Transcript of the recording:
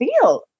feel